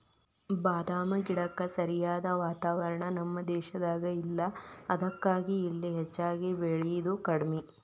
ಬಾದಾಮ ಗಿಡಕ್ಕ ಸರಿಯಾದ ವಾತಾವರಣ ನಮ್ಮ ದೇಶದಾಗ ಇಲ್ಲಾ ಅದಕ್ಕಾಗಿ ಇಲ್ಲಿ ಹೆಚ್ಚಾಗಿ ಬೇಳಿದು ಕಡ್ಮಿ